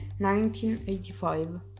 1985